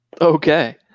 Okay